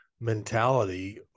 mentality